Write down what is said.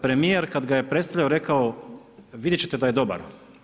Premijer kad ga je predstavljao rekao, vidjet ćete da je dobar.